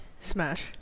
Smash